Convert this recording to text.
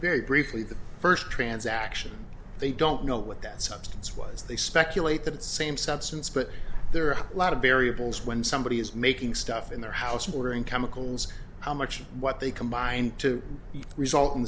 very briefly the first transaction they don't know what that substance was they speculate that same substance but there are a lot of variables when somebody is making stuff in their house were in chemicals how much of what they combined to result in